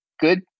good